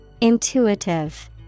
Intuitive